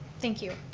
thank you.